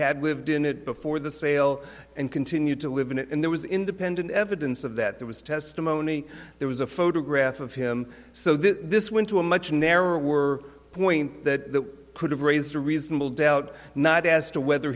had lived in it before the sale and continued to live in it and there was independent evidence of that there was testimony there was a photograph of him so this went to a much narrower were point that could have raised a reasonable doubt not as to whether